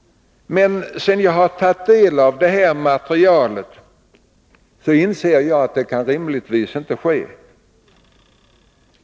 Men sedan jag har tagit del av materialet inser jag att det inte rimligtvis kan ske.